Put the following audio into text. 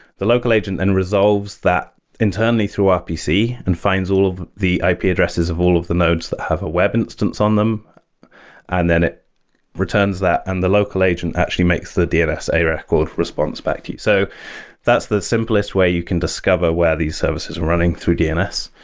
the local agent then resolves that internally through rpc and finds all of the ip addresses of all of the nodes that have a web instance on them and then it returns that, and the local agent actually makes the dns a record response back to you. so that's the simplest way you can discover where these services are running through dns,